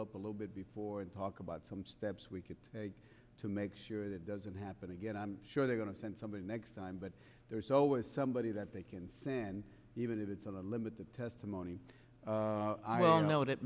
up a little bit before and talk about some steps we could take to make sure that doesn't happen again i'm sure they're going to send somebody next time but there's always somebody that they can send even if it's a limit that testimony i don't know that